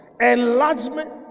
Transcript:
enlargement